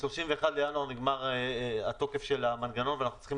ב-31 בינואר נגמר תוקף המנגנון ואנחנו צריכים